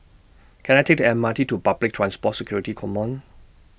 Can I Take The M R T to Public Transport Security Command